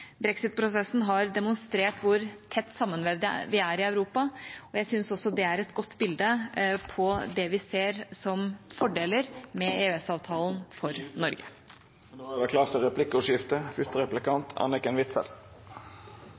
Brexitprosessen har demonstrert hvor tett sammenvevd vi er i Europa, og jeg syns også det er et godt bilde på det vi ser som fordeler med EØS-avtalen for Norge. Det vert replikkordskifte. Mitt spørsmål er om utenriksministeren, på bakgrunn av debatten vi har